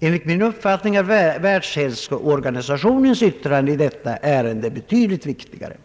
Enligt min uppfattning är Världshälsoorganisationens yttrande i detta ärende betydligt viktigare.